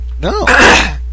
No